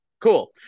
Cool